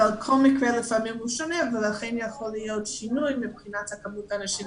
אבל כל מקרה לפעמים הוא שונה ולכן יכול להיות שינוי מבחינת מספר האנשים